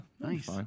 Nice